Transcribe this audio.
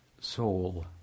soul